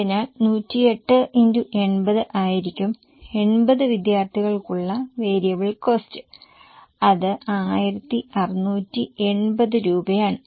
അതിനാൽ 108 X 80 ആയിരിക്കും 80 വിദ്യാർത്ഥികൾക്ക് ഉള്ള വാരിയബിൾ കോസ്ററ് അത് 1680 രൂപ ആണ്